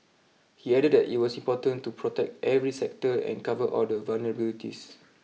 he added that it was important to protect every sector and cover all the vulnerabilities